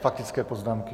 Faktické poznámky.